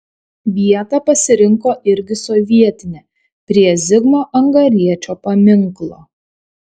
vietą pasirinko irgi sovietinę prie zigmo angariečio paminklo